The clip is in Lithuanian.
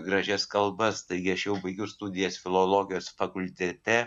gražias kalbas taigi aš jau baigiu studijas filologijos fakultete